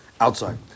outside